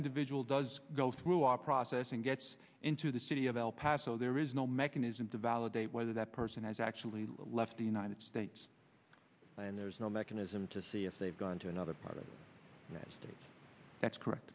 individual does go through our process and gets into the city of el paso there is no mechanism to validate whether that person has actually left the united states and there's no mechanism to see if they've gone to another part of that state that's correct